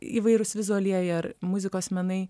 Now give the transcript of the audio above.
įvairūs vizualieji ar muzikos menai